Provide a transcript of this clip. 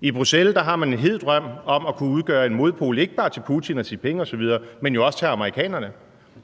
I Bruxelles har man en hed drøm om at kunne udgøre en modpol til ikke bare Putin, Xi Jinping osv., men også til amerikanerne,